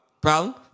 Problem